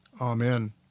Amen